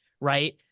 right